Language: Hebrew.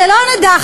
שלא נדע,